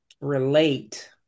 relate